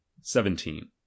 Seventeen